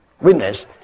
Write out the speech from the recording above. witness